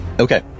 Okay